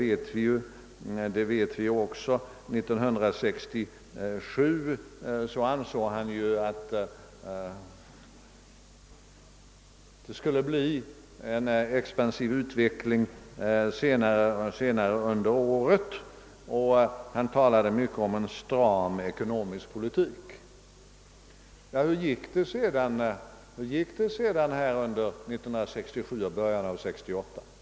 1967 ansåg han att det skulle bli en expansiv utveckling i Sverige senare under året, och han talade mycket om att han ville föra en stram ekonomisk politik. Hur blev det sedan under 1967 och i början av 1968?